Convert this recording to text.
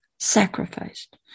sacrificed